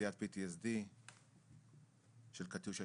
פציעת PTSD של קטיושה